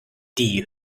die